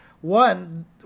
one